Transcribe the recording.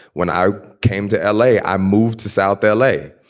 when i came to l a, i moved to south l a.